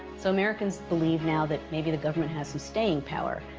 so americans believe now that maybe the government has some staying power.